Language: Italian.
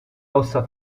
ossa